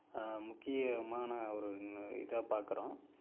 முக்கியமான ஒரு இதாக பார்க்கறோம்